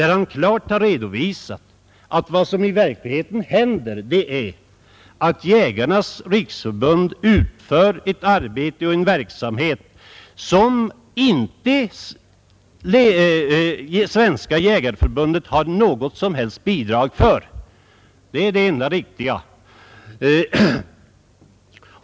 Han redovisade klart att Jägarnas riksförbund—Landsbygdens jägare utför ett arbete och bedriver en verksamhet som Svenska jägareförbundet inte har något som helst bidrag för.